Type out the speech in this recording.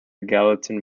gallatin